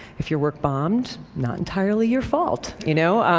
if your work bombed, not entirely your fault, you know?